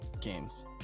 games